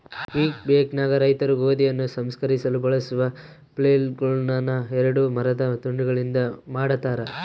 ಕ್ವಿಬೆಕ್ನಾಗ ರೈತರು ಗೋಧಿಯನ್ನು ಸಂಸ್ಕರಿಸಲು ಬಳಸುವ ಫ್ಲೇಲ್ಗಳುನ್ನ ಎರಡು ಮರದ ತುಂಡುಗಳಿಂದ ಮಾಡತಾರ